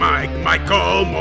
Michael